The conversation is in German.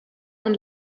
und